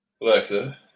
Alexa